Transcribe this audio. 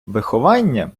виховання